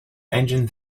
engine